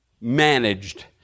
managed